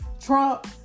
Trump